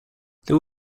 there